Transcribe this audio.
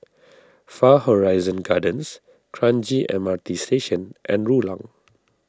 Far Horizon Gardens Kranji M R T Station and Rulang